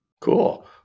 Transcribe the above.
Cool